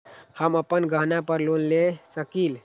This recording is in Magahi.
हम अपन गहना पर लोन ले सकील?